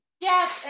yes